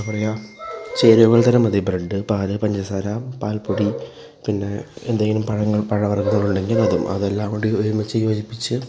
എന്താണ് പറയുക ചേരുവകള് തന്നെ മതി ബ്രെഡ്ഡ് പാല് പഞ്ചസാര പാല്പ്പൊടി പിന്നേ എന്തേലും പഴങ്ങള് പഴവര്ഗ്ഗങ്ങളുണ്ടെങ്കിൽ അതും അതെല്ലാം കൂടി ഒരിമിച്ച് യോജിപ്പിച്ച്